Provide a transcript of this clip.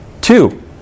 Two